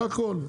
זה הכל.